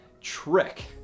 trick